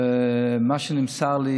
ומה שנמסר לי